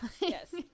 Yes